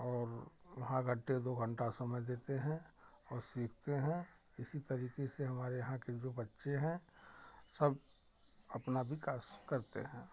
और वहाँ रहते दो घंटा समय देते हैं और सीखते हैं इसी तरीके से हमारे यहाँ के जो बच्चे हैं सब अपना विकास करते हैं